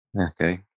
Okay